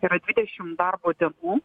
yra dvidešimt darbo dienų